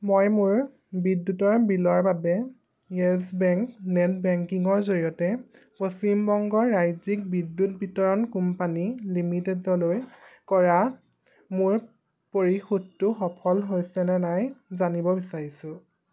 মই মোৰ বিদ্যুতৰ বিলৰ বাবে য়েছ বেংক নেট বেংকিঙৰ জৰিয়তে পশ্চিম বংগ ৰাজ্যিক বিদ্যুৎ বিতৰণ কোম্পানী লিমিটেডলৈ কৰা মোৰ পৰিশোধটো সফল হৈছে নে নাই জানিব বিচাৰিছোঁ